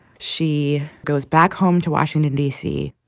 she goes back home to washington, d c,